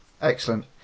excellent